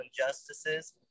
injustices